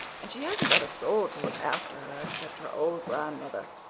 and she hasn't got a soul to look after her except her old grandmother.